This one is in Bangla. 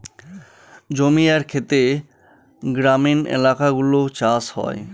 জমি আর খেতে গ্রামীণ এলাকাগুলো চাষ হয়